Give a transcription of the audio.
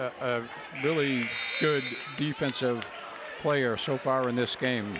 been a really good defensive player so far in this game